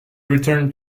returned